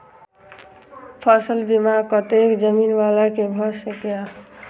फसल बीमा कतेक जमीन वाला के भ सकेया?